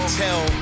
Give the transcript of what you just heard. tell